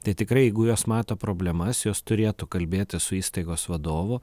tai tikrai jeigu jos mato problemas jos turėtų kalbėtis su įstaigos vadovu